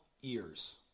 years